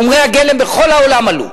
חומרי הגלם בכל העולם התייקרו.